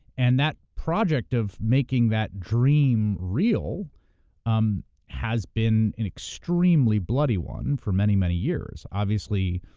and that project of making that dream real um has been an extremely bloody one for many, many years. obviously,